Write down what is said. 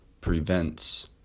prevents